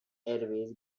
airways